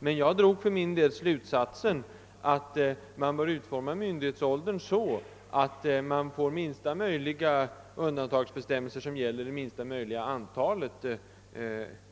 Men jag drog för min del slutsatsen att man bör utforma myndighetsåldern så att man får minsta möjliga undantagsbestämmelser, som gäller minsta möjliga antal